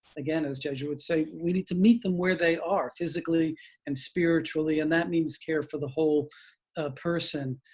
again as jesuits say, we need to meet them where they are, physically and spiritually, and that means care for the whole person.